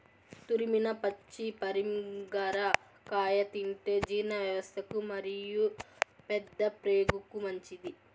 తురిమిన పచ్చి పరింగర కాయ తింటే జీర్ణవ్యవస్థకు మరియు పెద్దప్రేగుకు మంచిది